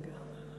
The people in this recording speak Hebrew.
רגע.